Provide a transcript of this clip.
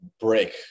break